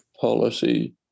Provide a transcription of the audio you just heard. policy